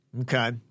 Okay